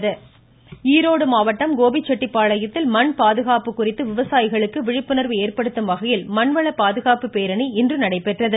மண்வள பாதுகாப்பு பேரணி ஈரோடு மாவட்டம் கோபி செட்டிபாளையத்தில் மண்பாதுகாப்பு குறித்து விவசாயிகளுக்கு விழிப்புணர்வு ஏற்படுத்தும் வகையில் மண்வள பாதுகாப்பு பேரணி இன்று நடைபெற்றது